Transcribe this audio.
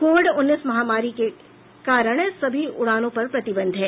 Covid उन्नीस महामारी के कारण सभी उड़ानों पर प्रतिबंध है